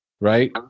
right